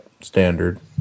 standard